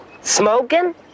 smoking